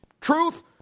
truth